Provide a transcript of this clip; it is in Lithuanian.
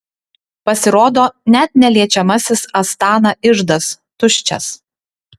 pasirodo net neliečiamasis astana iždas tuščias